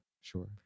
sure